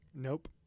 Nope